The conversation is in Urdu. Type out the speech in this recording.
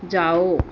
جاؤ